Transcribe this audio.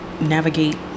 navigate